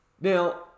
Now